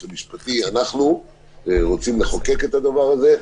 המשפטי: אנחנו רוצים לחוקק את הדבר הזה,